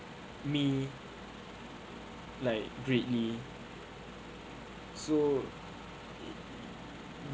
me like greatly so it